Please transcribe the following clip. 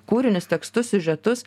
kūrinius tekstus siužetus